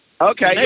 Okay